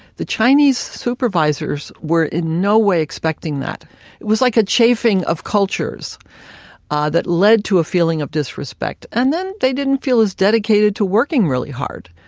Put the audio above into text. the chinese supervisors were in no way expecting that. it was like a chafing of cultures ah that led to a feeling of disrespect. and then they didn't feel as dedicated to working really hard.